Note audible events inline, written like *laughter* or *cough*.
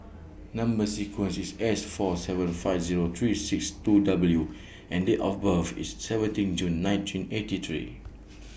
Number sequence IS S four seven five Zero three six two W and Date of birth IS seventeen June nineteen eighty three *noise*